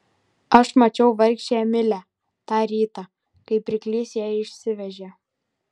aš mačiau vargšę emilę tą rytą kai pirklys ją išsivežė